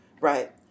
Right